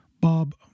Bob